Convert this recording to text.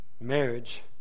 marriage